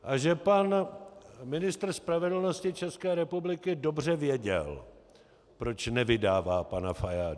A že pan ministr spravedlnosti České republiky dobře věděl, proč nevydává pana Fajáda.